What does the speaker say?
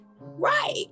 Right